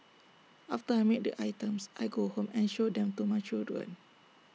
after I make the items I go home and show them to my children